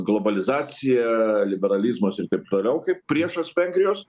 globalizacija liberalizmas ir taip toliau kaip priešas vengrijos